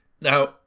Now